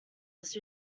was